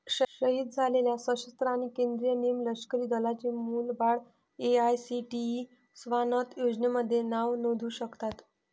शहीद झालेले सशस्त्र आणि केंद्रीय निमलष्करी दलांचे मुलं बाळं ए.आय.सी.टी.ई स्वानथ योजनेमध्ये नाव नोंदवू शकतात